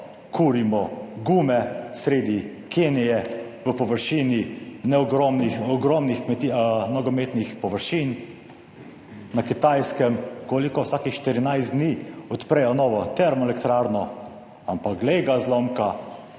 kurimo gume sredi Kenije v površini, ogromnih, ogromnih nogometnih površin na Kitajskem – koliko? - vsakih 14 dni odprejo novo termoelektrarno. Ampak glej ga zlomka,